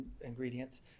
ingredients